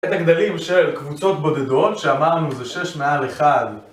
את הגדלים של קבוצות בודדות שאמרנו זה 6 מעל 1